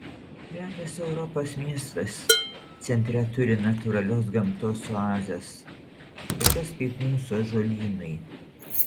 retas europos miestas centre turi natūralios gamtos oazes tokias kaip mūsų ąžuolynai